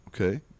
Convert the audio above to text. okay